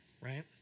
right